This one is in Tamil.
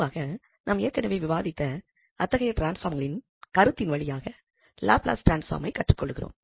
பொதுவாக நாம் ஏற்கெனவே விவாதித்த அத்தகைய டிரான்ஸ்ஃபார்ம்களின் கருத்தின் வழியாக லாப்லஸ் டிரான்ஸ்பார்மைக் கற்றுக்கொள்கிறோம்